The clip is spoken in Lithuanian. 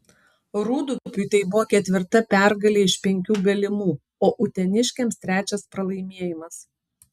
rūdupiui tai buvo ketvirta pergalė iš penkių galimų o uteniškiams trečias pralaimėjimas